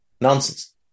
Nonsense